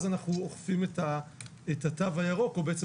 אז אנחנו אוכפים את התו הירוק או בעצם